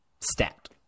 Stat